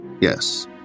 yes